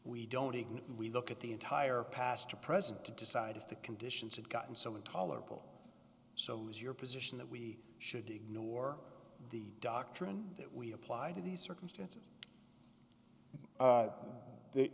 even we look at the entire past or present to decide if the conditions have gotten so intolerable so is your position that we should ignore the doctrine that we apply to the circumstance